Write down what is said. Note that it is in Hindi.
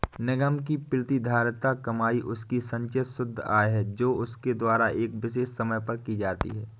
निगम की प्रतिधारित कमाई उसकी संचित शुद्ध आय है जो उसके द्वारा एक विशेष समय पर की जाती है